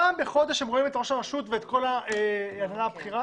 פעם בחודש הם רואים את ראש הרשות ואת כל ההנהלה הבכירה,